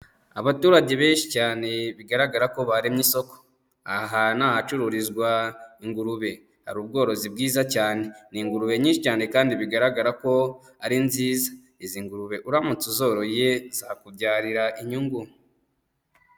Abaturage benshi cyane bigaragara ko baremye isoko, aha ni ahacururizwa ingurube hari ubworozi bwiza cyane, ni ingurube nyinshi cyane kandi bigaragara ko ari nziza, izi ngurube uramutse uzoroye zakubyarira inyungu.